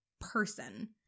person